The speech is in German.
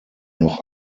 noch